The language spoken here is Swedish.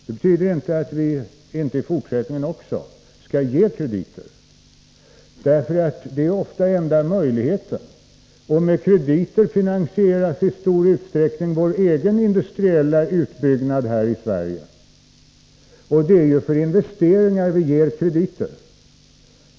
Det betyder inte att vi inte också i fortsättningen skall ge krediter. Det är ofta den enda möjligheten. Med krediter finansieras i stor utsträckning vår egen industriella utbyggnad här i Sverige. Det är ju för investeringar vi ger krediter.